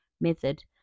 method